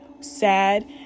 sad